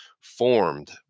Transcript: formed